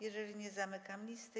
Jeżeli nie, zamykam listę.